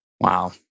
Wow